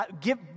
give